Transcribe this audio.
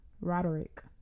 Roderick